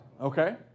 Okay